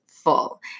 full